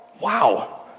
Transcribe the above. Wow